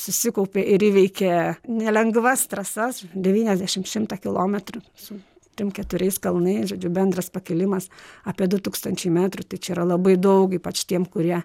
susikaupė ir įveikę nelengvas trasas devyniasdešim šimtą kilometrų su trim keturiais kalnai žodžiu bendras pakilimas apie du tūkstančiai metrų tai čia yra labai daug ypač tiem kurie